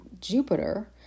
Jupiter